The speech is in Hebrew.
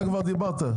אתה כבר דיברת.